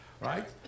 right